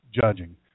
judging